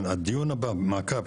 שהדיון מעקב הבא,